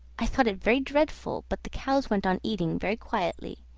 i thought it very dreadful, but the cows went on eating very quietly,